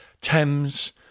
Thames